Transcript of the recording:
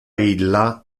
illa